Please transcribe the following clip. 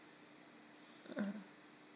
mm